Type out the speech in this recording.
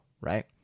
right